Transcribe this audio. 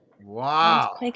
Wow